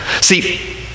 See